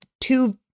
two